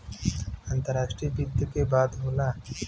अंतराष्ट्रीय वित्त के बात होला